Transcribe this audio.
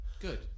Good